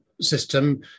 system